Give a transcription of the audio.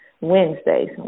Wednesdays